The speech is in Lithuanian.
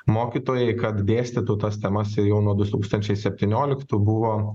mokytojai kad dėstytų tas temas ir jau nuo du tūkstančiai septynioliktų buvo